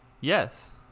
Yes